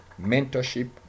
mentorship